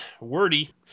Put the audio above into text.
wordy